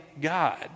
God